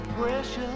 precious